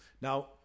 Now